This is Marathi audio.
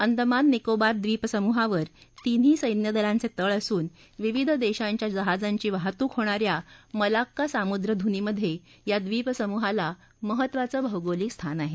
अंदमान निकोबार द्विप समूहावर तिन्ही सैन्यदलांचे तळ असून विविध देशांच्या जहाजांची वाहतूक होणा या मलक्का सामुद्रधुनीमध्ये या द्विपसमुहाला महत्तवाचं भौगोलिक स्थान आहे